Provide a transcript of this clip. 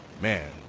Man